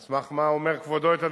על סמך מה אומר כבודו את הדבר?